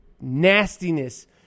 nastiness